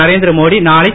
Narendra Modi நானை